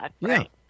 Right